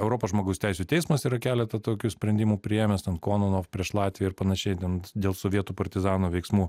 europos žmogaus teisių teismas yra keleta tokių sprendimų priėmęs ten kononof prieš latviją ir panašiai ten dėl sovietų partizano veiksmų